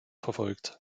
verfolgt